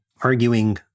arguing